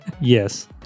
Yes